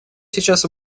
сейчас